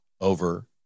over